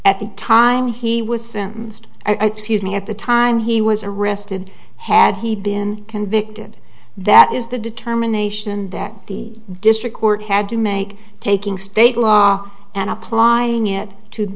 at the time he was sentenced i thought he had me at the time he was arrested had he been convicted that is the determination that the district court had to make taking state law and applying it to